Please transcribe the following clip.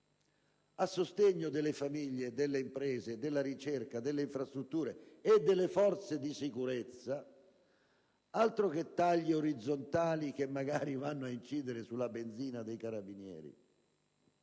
a sostegno delle famiglie; delle imprese, della ricerca, delle infrastrutture e delle forze di sicurezza: altro che tagli orizzontali che magari vanno ad incidere sulla benzina dei carabinieri!